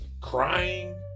crying